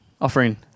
offering